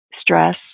stress